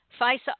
FISA